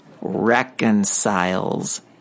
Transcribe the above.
reconciles